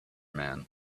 man